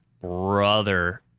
brother